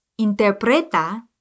interpreta